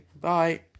bye